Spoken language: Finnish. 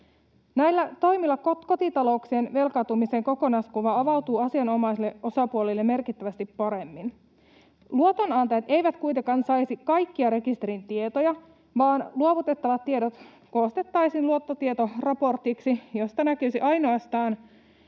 Näillä toimilla kotitalouksien velkaantumisen kokonaiskuva avautuu asianomaisille osapuolille merkittävästi nykyistä paremmin. Luotonantajat eivät kuitenkaan saisi kaikkia rekisterin tietoja, vaan luovutettavat tiedot koostettaisiin luottotietoraportiksi, josta näkyisivät ainoastaan